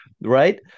right